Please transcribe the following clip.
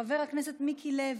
חבר הכנסת מיקי לוי,